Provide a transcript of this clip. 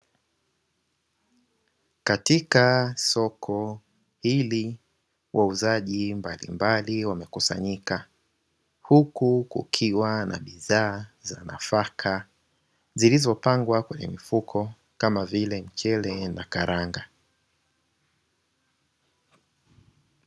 Katika soko hili wauzaji mbalimbali wamekusanyika huku kukiwa na bidhaa za nafaka, zilizopangwa kwenye mifuko kama vile mchele na karanga.